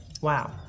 Wow